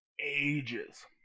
ages